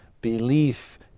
belief